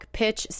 pitch